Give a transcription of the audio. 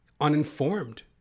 uninformed